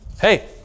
Hey